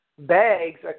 Bags